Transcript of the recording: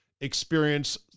experience